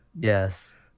Yes